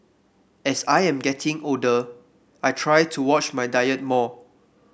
as I am getting older I try to watch my diet more